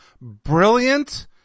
brilliant